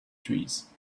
trees